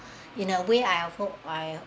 in a way I hope I